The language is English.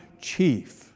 chief